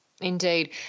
Indeed